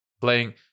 playing